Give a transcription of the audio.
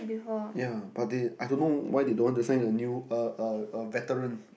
ya but they I don't know why they don't want to sign a new a a veteran